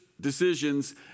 decisions